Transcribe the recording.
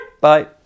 Bye